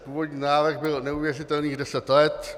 Původní návrh byl neuvěřitelných deset let.